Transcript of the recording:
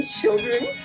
children